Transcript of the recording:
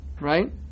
right